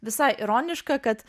visai ironiška kad